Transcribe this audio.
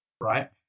right